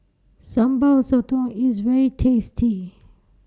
Sambal Sotong IS very tasty